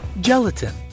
Gelatin